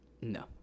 No